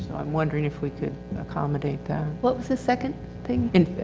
i'm wondering if we could accommodate that. what was the second thing? in,